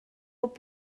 bod